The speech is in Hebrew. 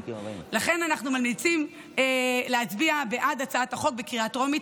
לכן אנחנו ממליצים להצביע בעד הצעת החוק בקריאה טרומית.